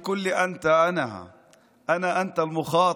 אללה ירחמו, אללה ירחמו.